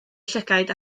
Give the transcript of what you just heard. llygaid